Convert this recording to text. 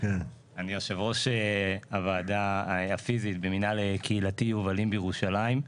אני יושב ראש הוועדה הפיזית במנהל קהילתי יובלים בירושלים.